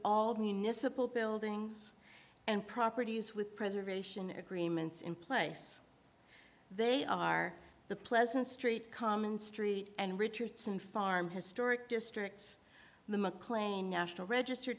all municipal buildings and properties with preservation agreements in place they are the pleasant street common street and richardson farm historic districts the mclean national register